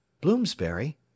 Bloomsbury